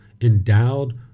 endowed